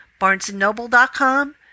barnesandnoble.com